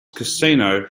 casino